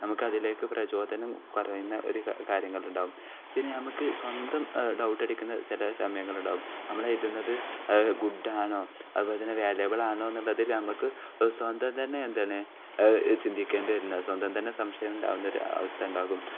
നമുക്ക് അതിലേക്ക് പ്രചോദനം കുറയുന്ന ഒരു കാര്യങ്ങളുണ്ടാകും പിന്നെ നമുക്ക് സ്വന്തം ഡൗട്ട് അടിക്കുന്ന ചില സമയങ്ങളുണ്ടാകും നമ്മൾ എഴുതുന്നത് ഗുഡ് ആണോ അതുപോലെ തന്നെ വാല്യബിൾ ആണോന്നുള്ളത് നമുക്ക് സ്വന്തം തന്നെ എന്താണ് ചിന്തിക്കേണ്ടി വരുന്നത് സ്വന്തം തന്നെ സംശയം ഉണ്ടാകുന്നൊരു അവസ്ഥ ഉണ്ടാകും